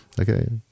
okay